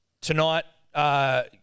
Tonight